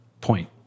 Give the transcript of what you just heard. point